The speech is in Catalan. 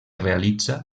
realitza